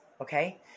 Okay